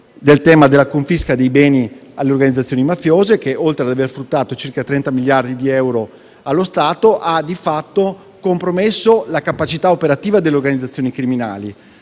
della confisca dei beni alle organizzazioni mafiose che, oltre ad aver fruttato circa 30 miliardi di euro allo Stato, ha di fatto compromesso la capacità operativa delle organizzazioni criminali.